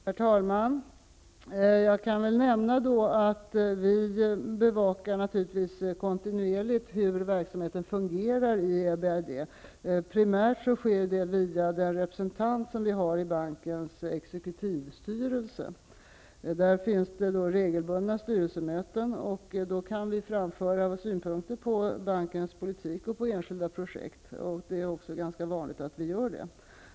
Herr talman! Jag kan nämna att regeringen naturligtvis kontinuerligt bevakar hur verksamheten fungerar i EBRD. Det sker primärt via den representant vi har i bankens exekutivstyrelse. Det sker regelbundna styrelsemöten, och vi kan då framföra våra synpunkter på bankens politik och på enskilda projekt. Det är också ganska vanligt att vi gör det.